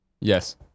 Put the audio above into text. Yes